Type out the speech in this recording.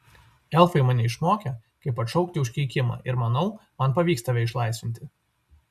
elfai mane išmokė kaip atšaukti užkeikimą ir manau man pavyks tave išlaisvinti